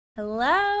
Hello